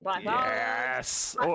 Yes